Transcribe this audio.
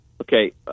Okay